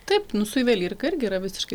taip nu su juvelyrika irgi yra visiškai